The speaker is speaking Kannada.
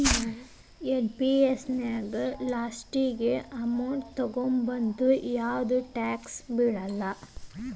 ಎನ್.ಪಿ.ಎಸ್ ನ್ಯಾಗ ಲಾಸ್ಟಿಗಿ ಅಮೌಂಟ್ ತೊಕ್ಕೋಮುಂದ ಯಾವ್ದು ಟ್ಯಾಕ್ಸ್ ಬೇಳಲ್ಲ